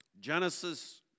Genesis